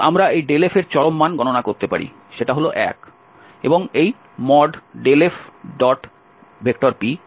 এবং আমরা এই f এর চরম মান গণনা করতে পারি সেটা হল 1 এবং এই ∇fp1